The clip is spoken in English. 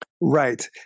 Right